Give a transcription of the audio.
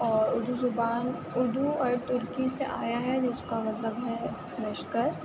اور اُردو زبان اُردو اور ترکی سے آیا ہے جس کا مطلب ہے لشکر